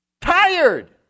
tired